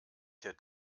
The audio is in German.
der